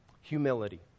Humility